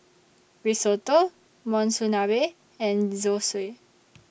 Risotto Monsunabe and Zosui